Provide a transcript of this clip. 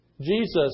Jesus